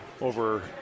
over